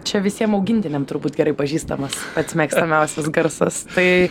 čia visiem augintiniam turbūt gerai pažįstamas pats mėgstamiausias garsas tai